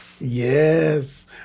Yes